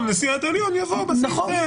נשיאת העליון יבוא יושב-ראש --- נכון,